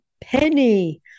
penny